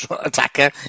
attacker